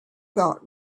thought